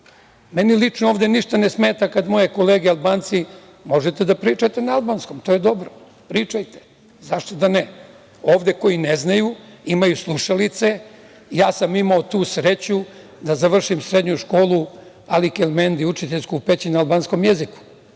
Meni lično ovde ništa ne smeta kada moje kolege Albanci, možete da pričate na albanskom i to je dobro, pričajte, zašto da ne. Ovde koji ne znaju imaju slušalice. Ja sam imao tu sreću da završim srednju školu Ali Keljmendi učiteljsku u Peći na albanskom jeziku,